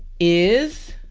is